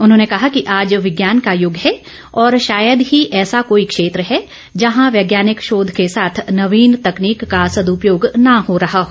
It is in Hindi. उन्होंने कहा कि आज विज्ञान का यूग है और शायद ही ऐसा कोई क्षेत्र है जहां वैज्ञानिक शोघ के साथ नवीन तकनीक का सदपयोग न हो रहा हो